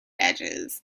edges